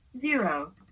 zero